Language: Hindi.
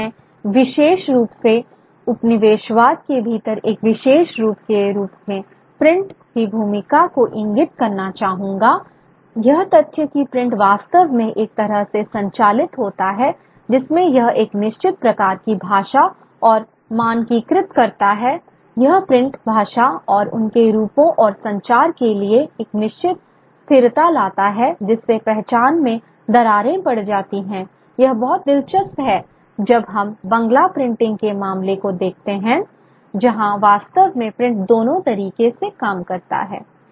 लेकिन मैं विशेष रूप से उपनिवेशवाद के भीतर एक विशेष रूप के रूप में प्रिंट की भूमिका को इंगित करना चाहूंगा यह तथ्य कि प्रिंट वास्तव में एक तरह से संचालित होता है जिसमें यह एक निश्चित प्रकार की भाषा को मानकीकृत करता है यह प्रिंट भाषा और उनके रूपों और संचार के लिए एक निश्चित स्थिरता लाता है जिससे पहचान में दरारें पड़ जाती हैं यह बहुत दिलचस्प है जब हम बंगला प्रिंटिंग के मामले को देखते हैं जहां वास्तव में प्रिंट दोनों तरीकों से काम करता है